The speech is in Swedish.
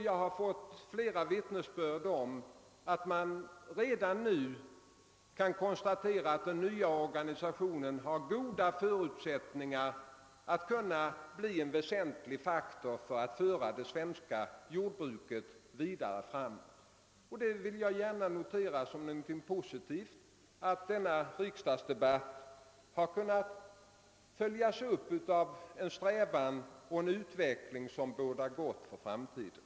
Jag har fått flera vittnesbörd om att man redan nu kan konstatera att den nya organisationen har goda förutsättningar att kunna bli en väsentlig faktor för att föra det svenska jordbruket vidare framåt. Jag vill gärna notera som någonting positivt att vårens riksdagsdebatt har kunnat följas upp av en strävan och en utveckling som bådar gott för framtiden.